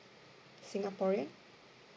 singaporean